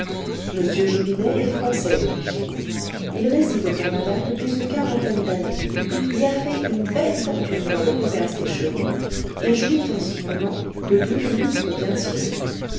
m jobinet est français d'origine il réside au canada depuis une quarantaine d'années y a fait une belle fortune dans le commerce des chevaux et jouit en ce moment de douze lustres bien sonnés